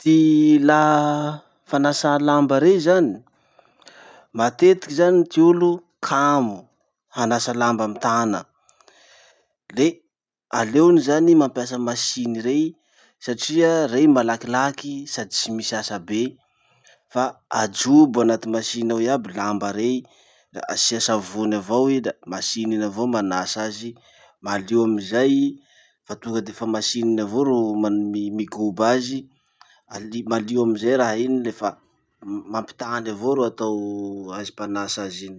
Ty ilà fanasà lamba rey zany, matetiky zany ty olo kamo hanasa lamba amy tana. Le aleony zany mampiasa masiny rey satria rey malakilaky sady tsy misy asa be fa ajobo anaty masiny ao iaby lamba rey la asia savony avao i da masiny iny avao manasa azy. Malio amizay, fa tonga defa masiny iny avao ro man- migoba azy, ali- malio amizay raha iny lefa m- mampitany avao ro atao azy mpanasa azy iny.